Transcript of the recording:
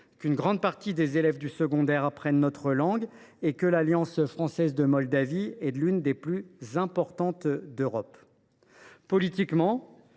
où une grande partie des élèves du secondaire apprennent notre langue. L’Alliance française de Moldavie est l’une des plus importantes d’Europe. Politiquement,